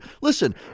listen